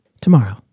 tomorrow